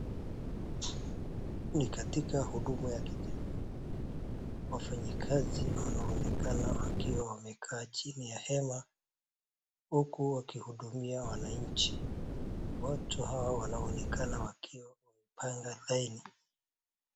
Ni katika huduma ya kijamii. Wafanyi kazi wanaonekana wakiwa wamekaa chini ya hema huku wakihudumia wananchi. Watu hawa wanaonekana wakiwa wamepanga laini.